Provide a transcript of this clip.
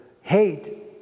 Hate